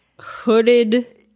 hooded